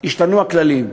השתנו הכללים.